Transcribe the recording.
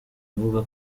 avuga